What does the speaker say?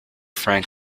frank